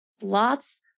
Lots